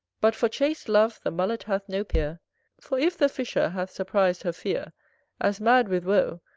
but for chaste love the mullet hath no peer for, if the fisher hath surpris'd her pheer as mad with wo,